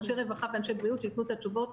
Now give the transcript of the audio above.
אנשי רווחה ואנשי בריאות שייתנו את התשובות.